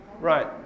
Right